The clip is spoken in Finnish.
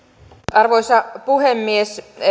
arvoisa puhemies